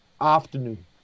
afternoon